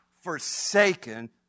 forsaken